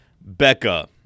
Becca